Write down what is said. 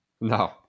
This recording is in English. No